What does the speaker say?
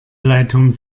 leitung